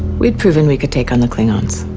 we'd proven we could take on the klingons